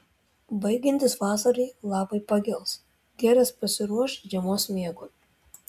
baigiantis vasarai lapai pagels gėlės pasiruoš žiemos miegui